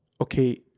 okay